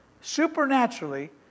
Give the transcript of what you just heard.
supernaturally